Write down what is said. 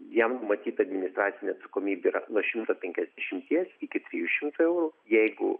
jam numatyta administracinė atsakomybė yra nuo šimto penkiasdešimties iki trijų šimtų eurų jeigu